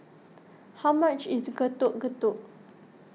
how much is Getuk Getuk